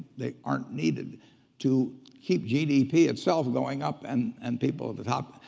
they aren't needed to keep gdp itself going up, and and people at the top.